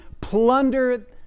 plunder